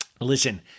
Listen